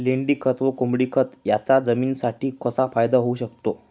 लेंडीखत व कोंबडीखत याचा जमिनीसाठी कसा फायदा होऊ शकतो?